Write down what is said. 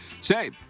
Say